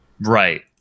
Right